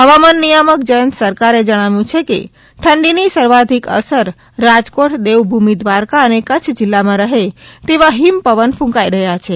હવામાન નિયામક જયંત સરકારે જણાવ્યુ છે કે ઠંડીની સર્વાધિક અસર રાજકોટ દેવભૂમિ દ્વારકા અને કચ્છ જિલ્લામા રહે તેવા હિમ પવન ક્રંકાઈ રહ્યા છે